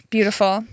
Beautiful